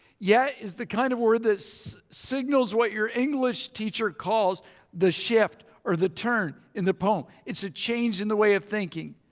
yet is the kind of word that signals what your english teacher calls the shift or the turn in the poem. it's a change in the way of thinking.